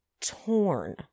torn